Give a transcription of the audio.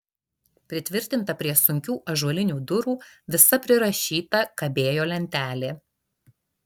pritvirtinta prie sunkių ąžuolinių durų visa prirašyta kabėjo lentelė